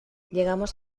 llegamos